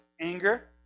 anger